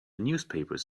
newspapers